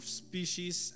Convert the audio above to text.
species